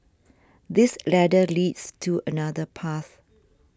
this ladder leads to another path